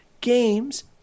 Games